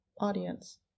audience